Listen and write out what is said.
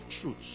truth